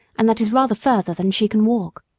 and that is rather further than she can walk.